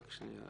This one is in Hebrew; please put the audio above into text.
רק שנייה.